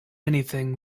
anything